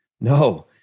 no